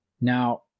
Now